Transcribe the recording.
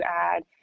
add